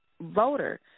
voter